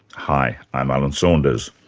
hi, i'm alan saunders.